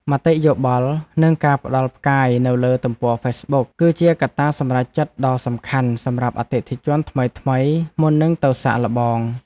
មតិយោបល់និងការផ្ដល់ផ្កាយនៅលើទំព័រហ្វេសប៊ុក គឺជាកត្តាសម្រេចចិត្តដ៏សំខាន់សម្រាប់អតិថិជនថ្មីៗមុននឹងទៅសាកល្បង។